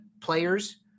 players